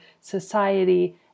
society